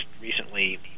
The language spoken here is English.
recently